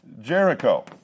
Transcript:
Jericho